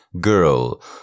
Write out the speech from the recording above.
girl